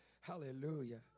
Hallelujah